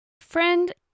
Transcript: Friend